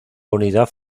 unidad